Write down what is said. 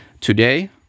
today